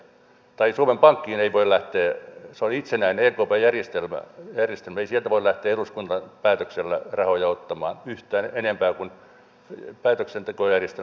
tai suomen pankista ei voi se on itsenäinen ekp järjestelmää lähteä eduskunnan päätöksellä rahoja ottamaan yhtään enempää kuin päätöksentekojärjestelmät antavat